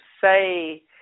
say